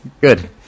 Good